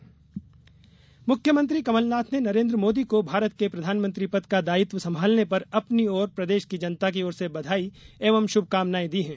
मुख्यमंत्री बधाई मुख्यमंत्री कमलनाथ ने नरेन्द्र मोदी को भारत के प्रधानमंत्री पद का दायित्व संभालने पर अपनी और प्रदेश की जनता की ओर से बधाई एवं शुभकामनाएं दी हैं